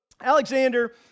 Alexander